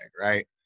right